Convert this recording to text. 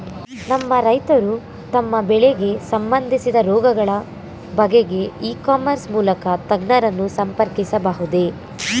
ನಮ್ಮ ರೈತರು ತಮ್ಮ ಬೆಳೆಗೆ ಸಂಬಂದಿಸಿದ ರೋಗಗಳ ಬಗೆಗೆ ಇ ಕಾಮರ್ಸ್ ಮೂಲಕ ತಜ್ಞರನ್ನು ಸಂಪರ್ಕಿಸಬಹುದೇ?